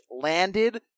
landed